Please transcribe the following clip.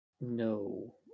no